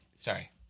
Sorry